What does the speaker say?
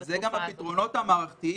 זה גם הפתרונות המערכתיים,